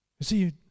see